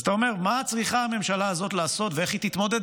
אז אתה אומר: מה צריכה הממשלה הזאת לעשות ואיך היא תתמודד?